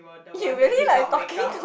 you really like talking to